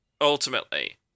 ultimately